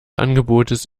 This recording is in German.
angebotes